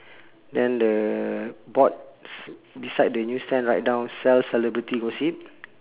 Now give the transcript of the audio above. then the board beside the newsstand write down sell celebrity gossip